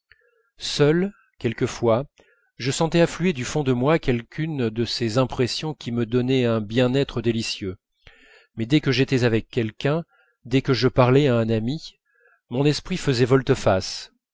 seul quelquefois je sentais affluer du fond de moi quelqu'une de ces impressions qui me donnaient un bien-être délicieux mais dès que j'étais avec quelqu'un dès que je parlais à un ami mon esprit faisait volte-face